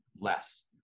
less